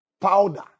powder